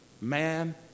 man